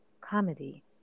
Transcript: Comedy